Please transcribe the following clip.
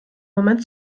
moment